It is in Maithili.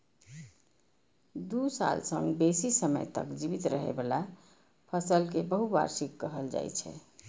दू साल सं बेसी समय तक जीवित रहै बला फसल कें बहुवार्षिक कहल जाइ छै